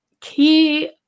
key